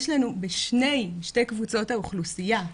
יש לנו בשתי קבוצות האוכלוסייה,